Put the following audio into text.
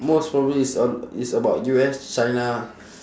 most probably it's ab~ it's about U_S china